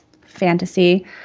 fantasy